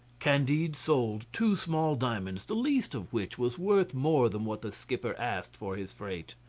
candide sold two small diamonds, the least of which was worth more than what the skipper asked for his freight.